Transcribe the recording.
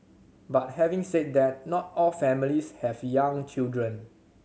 but having said that not all families have young children